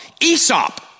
Aesop